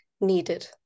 needed